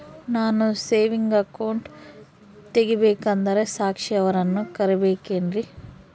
ನಾನು saving account ತೆಗಿಬೇಕಂದರ ಸಾಕ್ಷಿಯವರನ್ನು ಕರಿಬೇಕಿನ್ರಿ?